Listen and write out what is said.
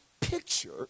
picture